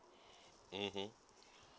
mmhmm